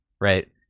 right